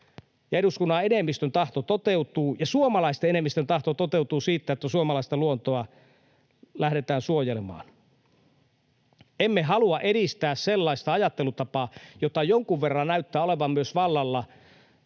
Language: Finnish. eduskunnan enemmistön tahto toteutuu ja suomalaisten enemmistön tahto toteutuu siitä, että suomalaista luontoa lähdetään suojelemaan. Emme halua edistää sellaista ajattelutapaa, jota jonkun verran näyttää olevan myös vallalla,